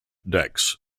decks